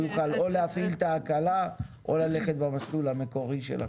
הוא יוכל או להפעיל את ההקלה או ללכת במסלול המקורי של החוק.